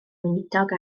weinidog